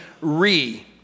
RE